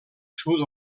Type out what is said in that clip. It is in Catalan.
sud